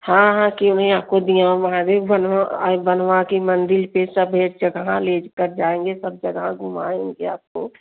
हाँ हाँ क्यों नहीं आपको दियाँ महादेव बन्हवा ऐ बन्हवा की मंदिर पर सब एक जगह ले कर जाएँगे सब जगह घुमाएँगे आपको